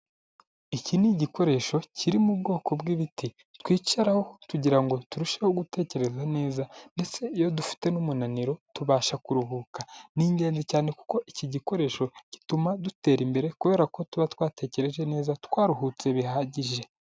Iki ni igikoresho kiri mu bwoko bwi'ibiti twicaraho kugirango turusheho gutekereza neza ndetse iyo dufite n'umunaniro tubasha kuruhuka ni ingenzi cyane kuko iki gikoresho gituma dutera imbere kubera ko tuba twatekereje neza twaruhutse bihagije.